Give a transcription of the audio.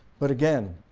but again,